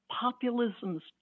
Populism's